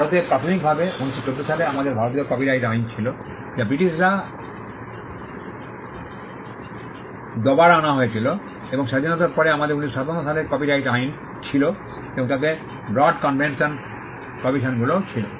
ভারতে প্রাথমিকভাবে 1914 সালে আমাদের ভারতীয় কপিরাইট আইন ছিল যা ব্রিটিশরা দ্বারা আনা হয়েছিল এবং স্বাধীনতার পরে আমাদের 1957 সালের কপিরাইট আইন ছিল এবং তাতে বন্ড কনভেনশনে প্রভিশনগুলো ছিলো